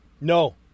No